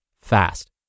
fast